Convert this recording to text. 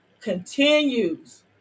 continues